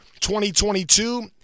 2022